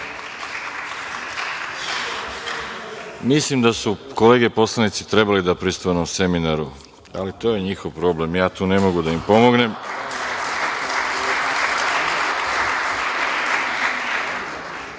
Mislim da su kolege poslanici trebali da pristanu na seminar, ali to je njihov problem. Ja tu ne mogu da im pomognem. Dame